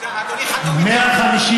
אדוני חתום איתי על החוק.